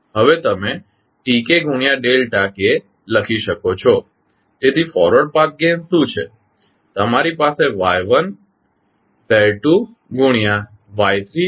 હવે તમે Tk ગુણ્યા ડેલ્ટા k લખી શકો છો તેથી ફોરવર્ડ પાથ ગેઇન શું છે તમારી પાસે Y1 Z2 ગુણ્યા Y3 Z4 હશે